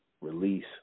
release